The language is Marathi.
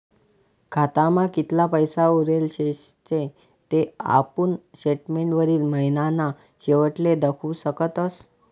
खातामा कितला पैसा उरेल शेतस ते आपुन स्टेटमेंटवरी महिनाना शेवटले दखु शकतस